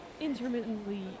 intermittently